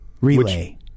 relay